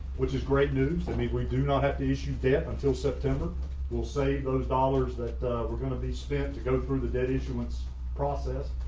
which is great news. that means we do not have to issue debt until september will save those dollars that we're going to be spent to go through the debt issuance process.